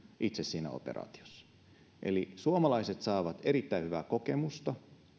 itse siinä operaatiossa eli suomalaiset saavat erittäin hyvää kokemusta